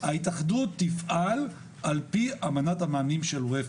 ההתאחדות תפעל על פי אמנת המאמנים של אופ"א.